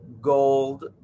gold